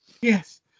Yes